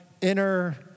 inner